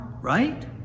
right